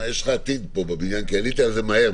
יש לך עתיד פה בבניין כי עלית על זה מהר,